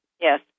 yes